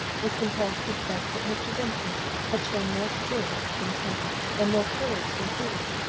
was compelled to confess that mr. vincent had shown more spirit than temper, and more courage than prudence.